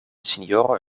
sinjoro